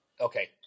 Okay